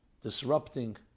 disrupting